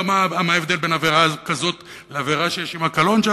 מה ההבדל בין עבירה כזאת לעבירה שיש עמה קלון?